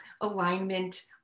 alignment